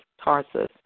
Tarsus